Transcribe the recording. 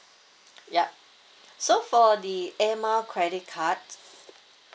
yup so for the airmiles credit card